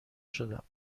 شدم